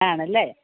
ആണല്ലേ